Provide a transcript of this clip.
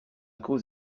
cause